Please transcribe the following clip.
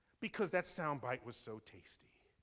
because that sound bite was so tasty.